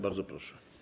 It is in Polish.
Bardzo proszę.